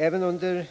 Även under